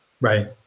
Right